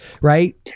right